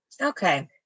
Okay